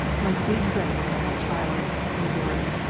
my sweet friend, and thy child, o lord,